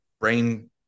brain